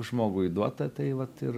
žmogui duota tai vat ir